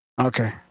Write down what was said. Okay